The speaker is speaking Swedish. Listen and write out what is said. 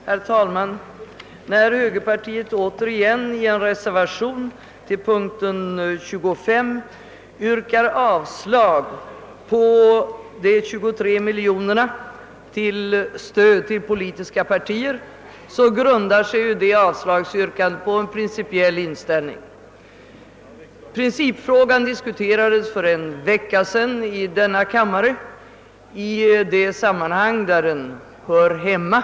Herr talman! När högerpartiet återigen i en reservation till punkten 25 yrkar avslag på de 23 miljonerna till stöd åt politiska partier grundar sig detta avslagsyrkande på en principiell inställning. Principfrågan diskuterades för en vecka sedan i denna kammare i det sammanhang där den hör hemma.